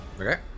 Okay